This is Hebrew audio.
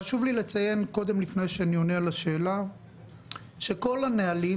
לפני שאני עונה על השאלה חשוב לי לציין שכל הנהלים